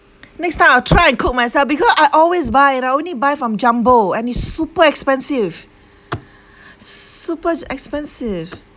next time I'll try and cook myself because I always buy and I only buy from jumbo and it's super expensive super expensive